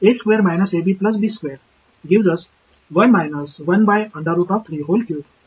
எனவே மேலும் நீங்கள் கணிதத்தின் மூலம் வேலை செய்யலாம் இந்த விஷயத்திலும் உங்களுக்கு பதில் 4 ஆக கிடைக்கும்